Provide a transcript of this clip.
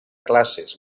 classes